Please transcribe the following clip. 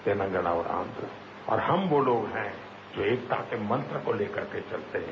तेलंगाना और आंधा में और हम वो लोग हैं जो एकता के मंत्र को लेकर के चलते हैं